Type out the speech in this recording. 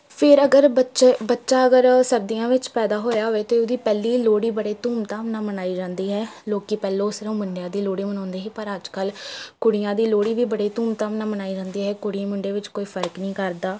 ਫਿਰ ਅਗਰ ਬੱਚੇ ਬੱਚਾ ਅਗਰ ਸਰਦੀਆਂ ਵਿੱਚ ਪੈਦਾ ਹੋਇਆ ਹੋਵੇ ਅਤੇ ਉਹਦੀ ਪਹਿਲੀ ਲੋਹੜੀ ਬੜੇ ਧੂਮ ਧਾਮ ਨਾਲ ਮਨਾਈ ਜਾਂਦੀ ਹੈ ਲੋਕ ਪਹਿਲੋਂ ਸਿਰਫ ਮੁੰਡਿਆਂ ਦੀ ਲੋਹੜੀ ਮਨਾਉਂਦੇ ਸੀ ਪਰ ਅੱਜ ਕੱਲ੍ਹ ਕੁੜੀਆਂ ਦੀ ਲੋਹੜੀ ਵੀ ਬੜੇ ਧੂਮ ਧਾਮ ਨਾਲ ਮਨਾਈ ਜਾਂਦੀ ਏ ਕੁੜੀਆਂ ਮੁੰਡੇ ਵਿੱਚ ਕੋਈ ਫਰਕ ਨਹੀਂ ਕਰਦਾ